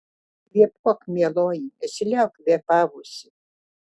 kvėpuok mieloji nesiliauk kvėpavusi